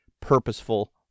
purposeful